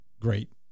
Great